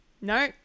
No